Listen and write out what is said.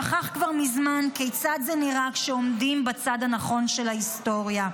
שכח כבר מזמן כיצד זה נראה כשעומדים בצד הנכון של ההיסטוריה.